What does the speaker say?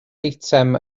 eitem